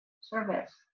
service